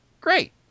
Great